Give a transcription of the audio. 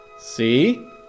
See